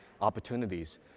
opportunities